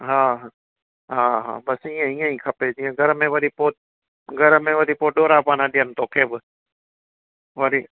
हा हा हा बस ईअं ईअं ई खपे जीअं घर में वरी पोइ घर में वरी पोइ ॾोरापा न ॾियनि तोखे बि वरी